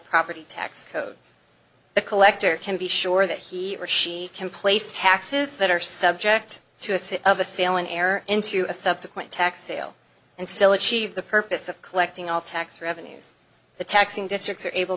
property tax code the collector can be sure that he or she can place taxes that are subject to a set of assailing error into a subsequent tax sale and still achieve the purpose of collecting all tax revenues the taxing districts are able